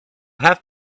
have